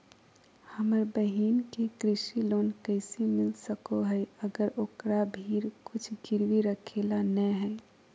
हमर बहिन के कृषि लोन कइसे मिल सको हइ, अगर ओकरा भीर कुछ गिरवी रखे ला नै हइ?